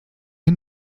ihr